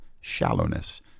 shallowness